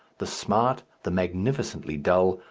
the smart, the magnificently dull,